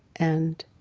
and,